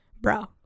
bro